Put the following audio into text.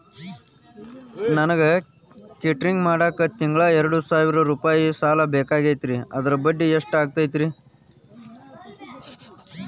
ನನಗ ಕೇಟರಿಂಗ್ ಮಾಡಾಕ್ ತಿಂಗಳಾ ಎರಡು ಸಾವಿರ ರೂಪಾಯಿ ಸಾಲ ಬೇಕಾಗೈತರಿ ಅದರ ಬಡ್ಡಿ ಎಷ್ಟ ಆಗತೈತ್ರಿ?